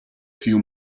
few